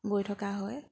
বৈ থকা হয়